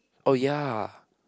oh ya